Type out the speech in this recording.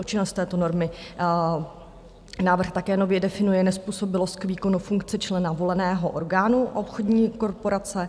Účinnost této normy návrh také nově definuje nezpůsobilost k výkonu funkce člena voleného orgánu u obchodní korporace.